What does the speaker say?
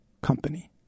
Company